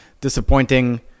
disappointing